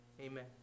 Amen